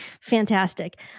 Fantastic